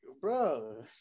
bro